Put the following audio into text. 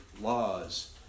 laws